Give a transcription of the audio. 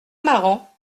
marrant